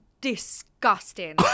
disgusting